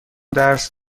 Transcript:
درس